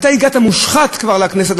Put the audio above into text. אתה הגעת כבר מושחת לכנסת,